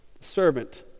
servant